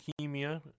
leukemia